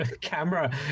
camera